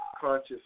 conscious